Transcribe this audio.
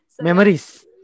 memories